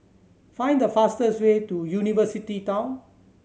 find the fastest way to University Town